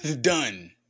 done